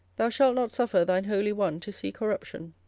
thou shalt not suffer thine holy one to see corruption.